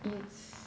it's